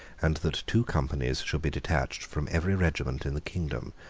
and that two companies should be detached from every regiment in the kingdom,